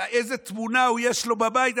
על איזו תמונה יש לו בבית,